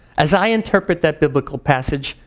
as i interpret that biblical passage,